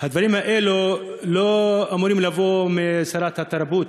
הדברים האלה לא אמורים לבוא משרת התרבות.